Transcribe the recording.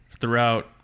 Throughout